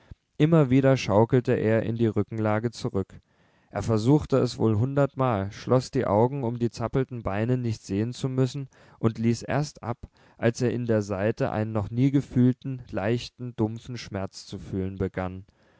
immer wieder schaukelte er in die rückenlage zurück er versuchte es wohl hundertmal schloß die augen um die zappelnden beine nicht sehen zu müssen und ließ erst ab als er in der seite einen noch nie gefühlten leichten dumpfen schmerz zu fühlen begann